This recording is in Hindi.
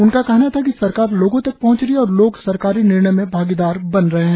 उनका कहना था कि सरकार लोगो तक पहंच रही है और लोग सरकारी निर्णय में भागीदार बन रहे हैं